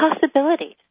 possibilities